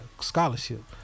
scholarship